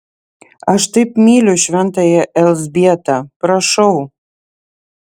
aš taip myliu šventąją elzbietą prašau